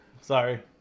Sorry